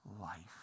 life